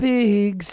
Big